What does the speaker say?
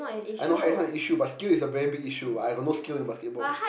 I know height is not an issue but skill is a very big issue I got no skill in basketball